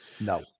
No